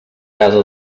casa